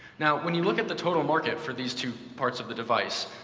now, when you look at the total market for these two parts of the device,